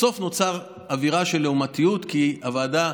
בסוף נוצרה אווירה של לעומתיות, כי הוועדה,